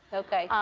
ok.